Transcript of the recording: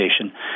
station